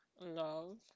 love